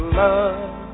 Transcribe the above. love